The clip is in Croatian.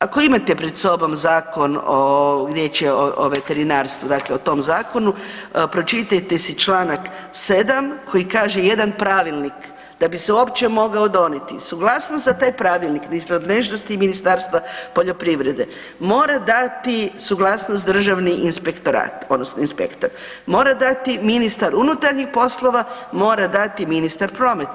Ako imate pred sobom zakon o, riječ je o veterinarstvu dakle o tom zakonu, pročitajte si Članak 7. koji kaže jedan pravilnik da bi se uopće mogao donijeti suglasnost za taj pravilnik iz nadležnosti Ministarstva poljoprivrede mora dati suglasnost Državni inspektorat odnosno inspektor, mora dati ministar unutarnjih poslova, mora dati ministar prometa.